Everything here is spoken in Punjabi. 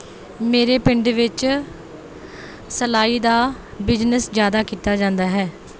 ਮੇਰੇ ਪਿੰਡ ਵਿੱਚ ਸਿਲਾਈ ਦਾ ਬਿਜ਼ਨੈਸ ਜ਼ਿਆਦਾ ਕੀਤਾ ਜਾਂਦਾ ਹੈ